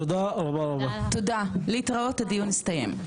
תודה, להתראות, הדיון הסתיים.